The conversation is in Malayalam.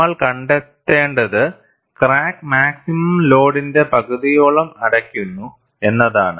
നമ്മൾ കണ്ടെത്തേണ്ടത് ക്രാക്ക് മാക്സിമം ലോഡിന്റെ പകുതിയോളം അടയ്ക്കുന്നു എന്നതാണ്